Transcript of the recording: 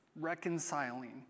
reconciling